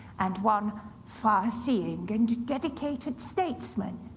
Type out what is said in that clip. and one far-seeing and dedicated statesman.